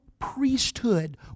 priesthood